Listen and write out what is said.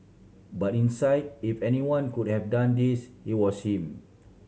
but in sight if anyone could have done this it was him